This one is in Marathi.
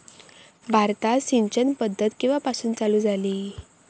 भारतात सिंचन पद्धत केवापासून चालू झाली?